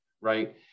right